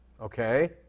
Okay